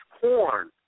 corn